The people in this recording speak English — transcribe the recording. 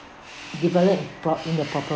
develop brought in the proper